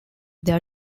their